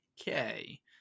okay